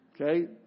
Okay